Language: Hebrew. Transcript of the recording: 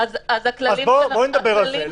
אז בואי נדבר על זה.